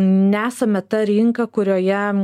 nesame ta rinka kurioje